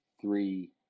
three